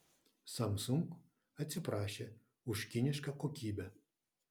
samsung atsiprašė už kinišką kokybę